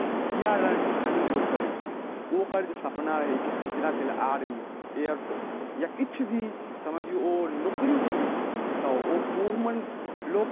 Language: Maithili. कि किया रन रनिंग लोक करै छै ओ ओकर जे सपना रहै छै जेना भेल आर्मी एयरफोर्स या किछ भी समझियौ ओ नौकरी जे होइछै तऽ ओ ओहु मऽ लोक